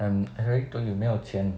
and I already told you 没有钱